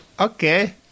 Okay